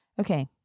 Okay